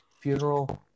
funeral